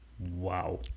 Wow